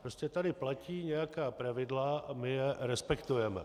Prostě tady platí nějaká pravidla a my je respektujeme.